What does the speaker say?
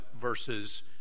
versus